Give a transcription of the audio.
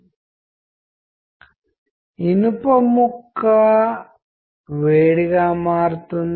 మీరు ఎలక్ట్రానిక్ మాధ్యమాన్ని చూస్తున్నట్లయితే ఎవరైనా టైప్ చేయడం కమ్యూనికేషన్ ఛానెల్గా పరిగణించబడుతుంది